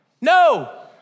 No